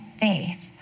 faith